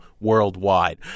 worldwide